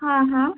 ಹಾಂ ಹಾಂ